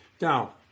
Now